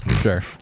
Sure